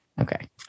Okay